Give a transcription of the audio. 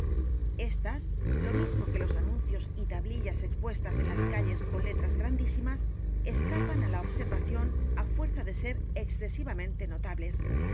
estas lo mismo que los anuncios y tablillas expuestas en las calles con letras grandísimas escapan á la observación á fuerza de ser excesivamente n